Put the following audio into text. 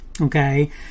Okay